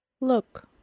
Look